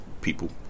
people